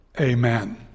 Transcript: amen